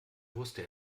wusste